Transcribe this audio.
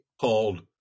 called